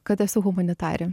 kad esu humanitarė